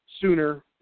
sooner